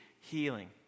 healing